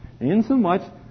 Insomuch